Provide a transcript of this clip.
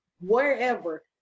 wherever